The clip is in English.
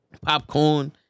popcorn